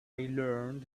learned